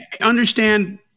understand